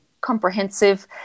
comprehensive